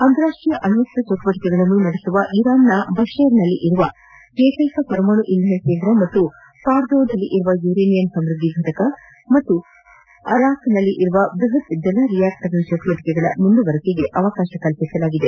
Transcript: ಅಂತಾರಾಷ್ಷೀಯ ಅಣ್ಣಸ್ತ ಚಟುವಟಿಕೆಗಳನ್ನು ನಡೆಸುವ ಇರಾನ್ನ ಬಶೇರ್ನಲ್ಲಿರುವ ಏಕ್ಕೆಕ ಪರಮಾಣು ಇಂಧನ ಕೇಂದ್ರ ಮತ್ತು ಫಾರ್ದೊನಲ್ಲಿರುವ ಯುರೇನಿಯಂ ಸಮೃದ್ದಿ ಫಟಕ ಮತ್ತು ಅರಾಕ್ನಲ್ಲಿರುವ ಬೃಹತ್ ಜಲ ರಿಯಾಕ್ಷರ್ನ ಚಟುವಟಿಕೆಗಳ ಮುಂದುವರಿಕೆಗೆ ಅವಕಾಶ ಕಲ್ಪಿಸಿದೆ